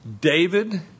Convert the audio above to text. David